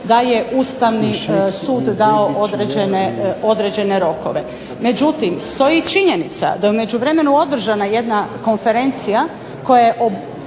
da je Ustavni sud dao određene rokove. Međutim stoji i činjenica da je u međuvremenu održana jedna konferencija koja je